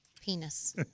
penis